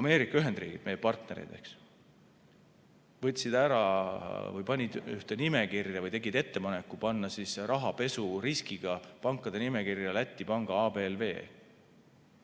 Ameerika Ühendriigid, meie partnerid, panid ühte nimekirja või tegid ettepaneku panna rahapesuriskiga pankade nimekirja Läti pank ABLV,